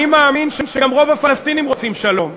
אני מאמין שגם רוב הפלסטינים רוצים שלום,